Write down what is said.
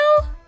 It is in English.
now